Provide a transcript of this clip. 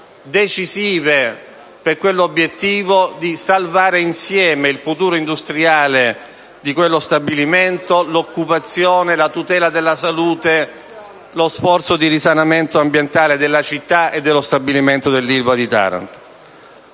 decisive per l'obiettivo di salvare insieme il futuro industriale di quello stabilimento, l'occupazione, la tutela della salute, lo sforzo di risanamento ambientale della città e dello stabilimento dell'Ilva di Taranto.